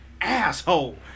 asshole